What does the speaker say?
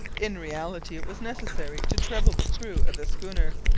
in reality it was necessary to treble the crew of the schooner.